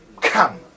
come